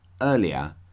earlier